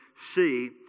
see